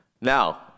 Now